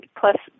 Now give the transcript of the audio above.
plus